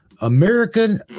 American